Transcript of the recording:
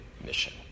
mission